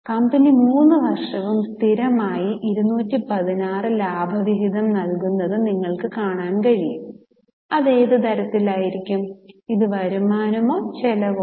company 3 വർഷവും സ്ഥിരമായി 216 ലാഭവിഹിതം നൽകുന്നത് നിങ്ങൾക്ക് കാണാൻ കഴിയും അത് ഏത് തരത്തിലായിരിക്കും ഇത് വരുമാനമോ ചെലവോ